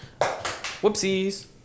Whoopsies